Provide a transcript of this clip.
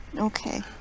Okay